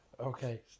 Okay